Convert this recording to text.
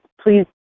please